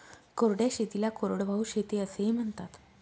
कोरड्या शेतीला कोरडवाहू शेती असेही म्हणतात